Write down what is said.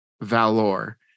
Valor